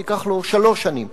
זה ייקח לו שלוש שנים,